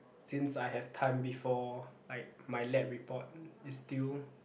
since I have time before like my lab report is still